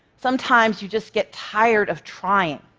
sometimes you just get tired of trying.